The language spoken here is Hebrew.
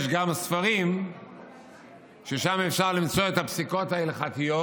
יש גם ספרים ששם אפשר למצוא את הפסיקות ההלכתיות